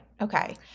Okay